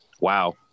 wow